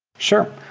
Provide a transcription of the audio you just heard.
sure.